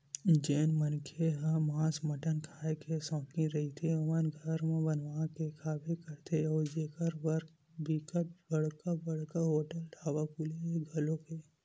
जेन मनखे ह मांस मटन खांए के सौकिन रहिथे ओमन घर म बनवा के खाबे करथे अउ एखर बर बिकट बड़का बड़का होटल ढ़ाबा खुले घलोक हे